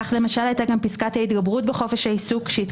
עצם הרעיון שאנחנו רוצים לקדם הסדרה,